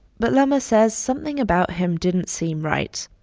but lama says something about him didn't seem right.